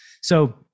So-